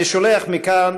אני שולח מכאן,